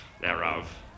thereof